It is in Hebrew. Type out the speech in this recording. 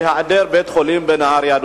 בהיעדר בית חולים בנהרייה?